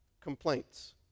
complaints